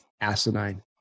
asinine